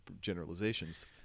generalizations